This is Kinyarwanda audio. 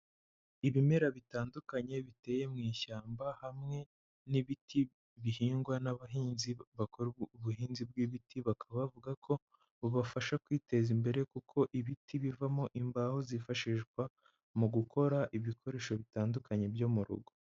Ibimera bitandukanye biteye mu ishyamba hamwe n'ibiti bihingwa n'abahinzi bakora ubuhinzi bw'ibiti, bakaba bavuga ko bubafasha kwiteza imbere kuko ibiti bivamo imbaho zifashishwa mu gukora ibikoresho bitandukanye byo mu rugo.